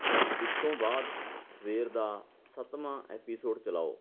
ਇਸ ਤੋਂ ਬਾਅਦ ਸਵੇਰ ਦਾ ਸੱਤਵਾਂ ਐਪੀਸੋਡ ਚਲਾਓ